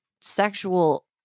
sexual